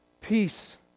peace